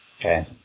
Okay